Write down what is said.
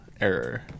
Error